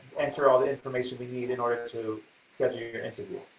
enter all the information we need in order to schedule your interview.